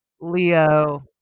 Leo